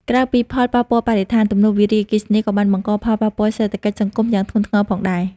ក្រៅពីផលប៉ះពាល់បរិស្ថាន ទំនប់វារីអគ្គិសនីក៏បានបង្កផលប៉ះពាល់សេដ្ឋកិច្ចសង្គមយ៉ាងធ្ងន់ធ្ងរផងដែរ។